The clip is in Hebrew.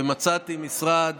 ומצאתי משרד